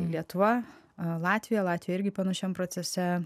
lietuva latvija latvija irgi panašiam procese